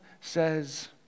says